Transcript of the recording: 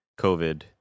covid